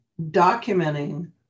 Documenting